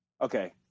Okay